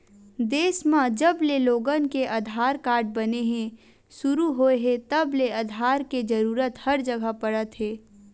देस म जबले लोगन के आधार कारड बने के सुरू होए हे तब ले आधार के जरूरत हर जघा पड़त हे